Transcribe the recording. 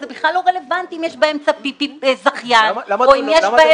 אז הוא בכלל לא רלוונטי אם יש בהם זכיין או אם יש בהם יבואן.